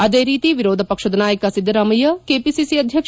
ಅದೇ ರೀತಿ ವಿರೋಧ ಪಕ್ಷದ ನಾಯಕ ಸಿದ್ದರಾಮಯ್ಯ ಕೆಪಿಸಿಸಿ ಅಧ್ಯಕ್ಷ